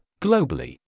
globally